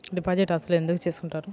Deposit అసలు ఎందుకు చేసుకుంటారు?